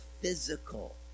physical